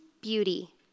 beauty